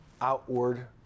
outward